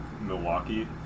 Milwaukee